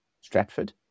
Stratford